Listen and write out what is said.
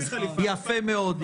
יפה מאוד.